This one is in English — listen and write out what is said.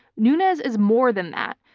nunes is more than that.